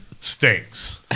stinks